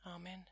Amen